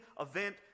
event